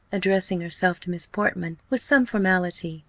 addressing herself to miss portman with some formality,